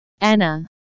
anna